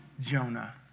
Jonah